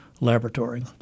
laboratory